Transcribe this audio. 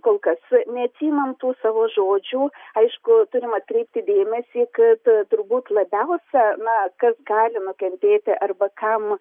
kol kas nesiimam tų savo žodžių aišku turim atkreipti dėmesį kad turbūt labiausia na kas gali nukentėti arba kam